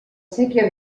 séquia